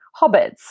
hobbits